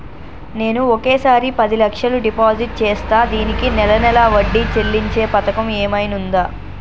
నేను ఒకేసారి పది లక్షలు డిపాజిట్ చేస్తా దీనికి నెల నెల వడ్డీ చెల్లించే పథకం ఏమైనుందా?